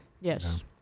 Yes